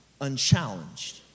unchallenged